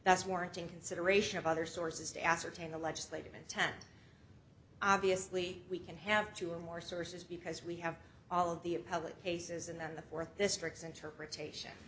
that's warranting consideration of other sources to ascertain the legislative intent obviously we can have two or more sources because we have all of the appellate cases and then the fourth this tricks interpretation